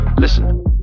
Listen